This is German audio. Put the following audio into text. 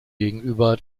gegenüber